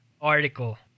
article